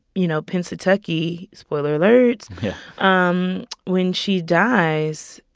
you know, pennsatucky spoiler alert um when she dies.